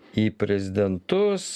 į prezidentus